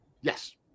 Yes